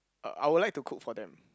uh I would like to cook for them